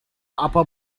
upper